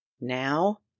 Now